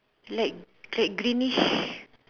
like light greenish